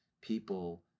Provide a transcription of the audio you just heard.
people